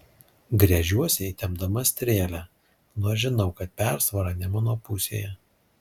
gręžiuosi įtempdama strėlę nors žinau kad persvara ne mano pusėje